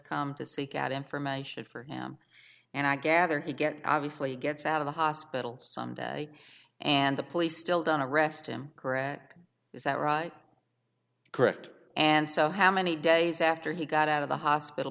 come to seek out information for him and i gather he get obviously gets out of the hospital some day and the police still don't arrest him correct is that right correct and so how many days after he got out of the hospital